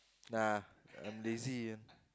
ya I'm lazy ah